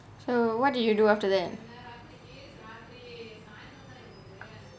so what do you do after that